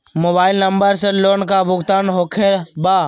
Mobile number से loan का भुगतान होखे बा?